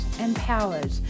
empowered